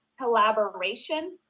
collaboration